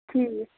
ٹھیٖک